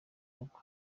rugo